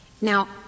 Now